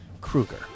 Krueger